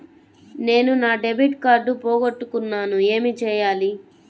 నేను నా debit card పోగొట్టుకున్నాను ఏమి చేయాలి?